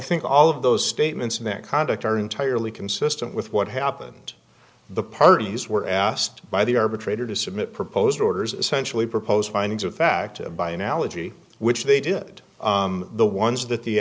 think all of those statements of that conduct are entirely consistent with what happened the parties were asked by the arbitrator to submit proposed orders essentially proposed findings of fact by analogy which they did the ones that the